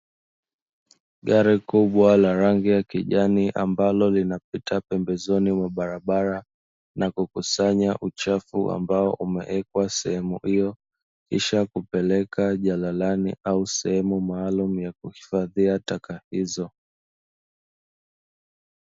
Gari kubwa la rangi ya kijani ambalo linapita pembezoni mwa barabara, na kukusanya uchafu ambao umewekwa sehemu hiyo, kisha kupeleka jalalani au sehemu maalumu ya kuhifadhia taka hizo.